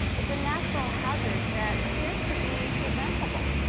it's a natural hazard that appears to be preventable.